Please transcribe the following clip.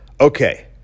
Okay